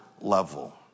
level